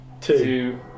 Two